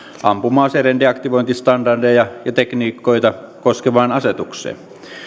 ampuma aseiden deaktivointistandardeja ja tekniikoita koskevaan asetukseen